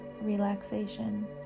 relaxation